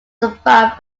survived